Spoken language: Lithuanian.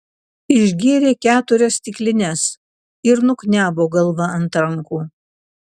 išgėrė keturias stiklines ir nuknebo galva ant rankų